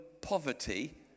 poverty